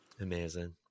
amazing